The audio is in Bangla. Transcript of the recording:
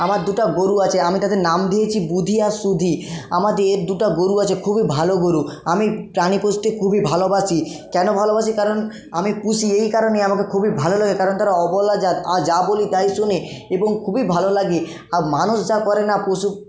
আমার দুটো গোরু আছে আমি তাদের নাম দিয়েছি বুধি আর সুধি আমাদের দুটো গোরু আছে খুবই ভালো গোরু আমি প্রাণী পুষতে খুবই ভালোবাসি কেন ভালোবাসি কারণ আমি পুষি এই কারণেই আমাকে খুবই ভালো লাগে কারণ তারা অবোলা জাত আর যা বলি তাই শোনে এবং খুবই ভালো লাগে আর মানুষ যা করে না পশু